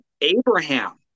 Abraham